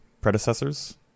predecessors